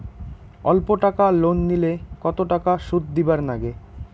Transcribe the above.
অল্প টাকা লোন নিলে কতো টাকা শুধ দিবার লাগে?